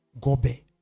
Gobe